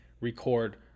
record